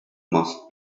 must